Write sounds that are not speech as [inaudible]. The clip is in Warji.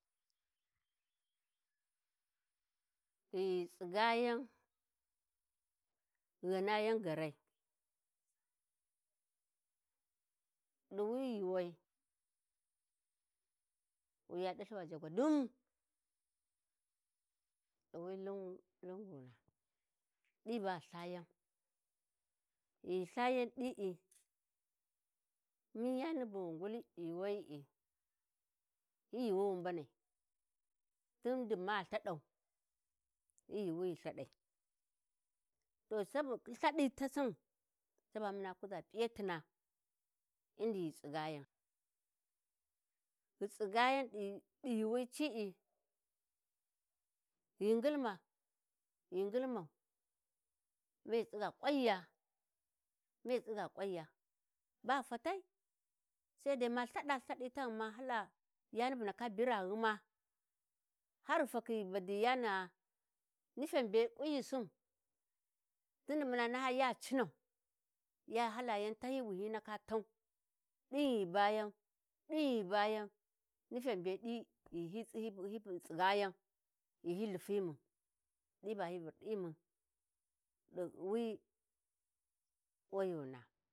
﻿Ghi ghu tsigayan ghi ghanayan gaarai, ɗi wuyi yuuwai wi ya ɗalthi va Jagwadum, [noise] ɗi wi lhun Lhunguna [noise] ɗi ba ghi lthayan, ghi ghu lthayan ɗi'i mun yani bu ghu nguli ɗi yuuwayi'i [noise] hyi Yuuwi wi mbanai tundi ma lthaɗau hyi yuuwi wi lthaɗai, [noise] to sabokhin lthaɗai tasin caba muna kuʒа p'iyatina indi ghi ghu tsigayan, ghi tsigayan ɗi yuuwi ci'i ghi ngilma ghi ngilmau mai tsiga kwanya mai tsiga kwanya ba fatai sai dai ma lthaɗa lthaɗi taghum ma hala yani bu ndaka biraghuma, [noise] har ghi fakhi ghi badiyiyana'a nifyen be ƙunyisin [noise] tun di muna naha ya cinau ya hala yan tahyiyi wi hyi ndaka tau ɗin ghi ghu bayan ɗin ghi ghu bayan nufyen be ɗi ghi hesitation ghi tsigayan ghi hyi lhufimun ɗi ba hyi vurɗimun ɗi wi ƙuwayona.